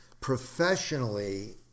Professionally